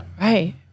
Right